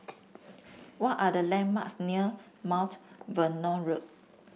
what are the landmarks near Mount Vernon Road